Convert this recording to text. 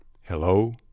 hello